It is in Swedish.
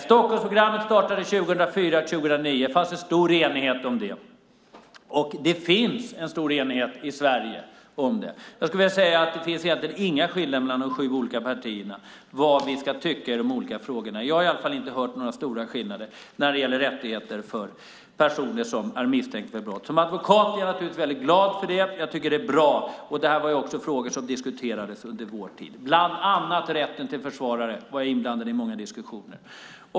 Stockholmsprogrammet startade 2004-2009, och det fanns en stor enighet om det. Det finns en stor enighet om det i Sverige - det finns egentligen inga skillnader mellan de sju olika partierna vad vi ska tycka i de olika frågorna. Jag har i alla fall inte hört talas om några stora skillnader när det gäller rättigheter för personer som är misstänkta för brott. Som advokat är jag naturligtvis väldigt glad för det. Jag tycker att det är bra. Det här är frågor som diskuterades också under vår tid. Bland annat när det gällde rätten till försvarare var jag inblandad i många diskussioner.